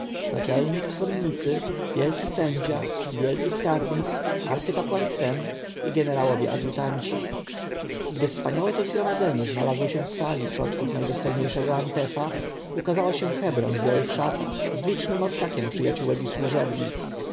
naczelnik konnicy wielki sędzia wielki skarbnik arcykapłan sem i jenerałowie adjutanci gdy wspaniałe to zgromadzenie znalazło się w sali przodków najdostojniejszego antefa ukazała się hebron w białych szatach z licznym orszakiem przyjaciółek